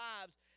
lives